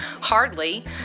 hardly